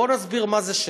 בואו נסביר מה זה שיימינג.